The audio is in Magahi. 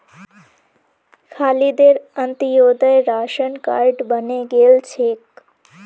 खालिदेर अंत्योदय राशन कार्ड बने गेल छेक